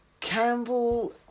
Campbell